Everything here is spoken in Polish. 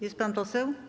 Jest pan poseł?